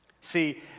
See